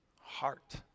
heart